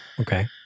Okay